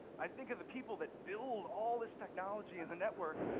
i think, of the people that build all this technology in the network,